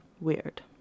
Weird